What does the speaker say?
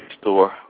store